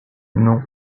non